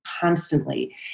constantly